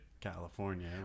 California